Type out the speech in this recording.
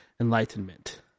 enlightenment